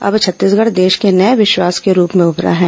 अब छत्तीसगढ़ देश के नए विश्वास के रूप में उभरा है